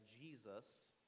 Jesus